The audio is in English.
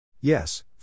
Yes